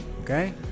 Okay